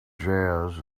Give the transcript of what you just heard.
jazz